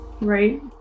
right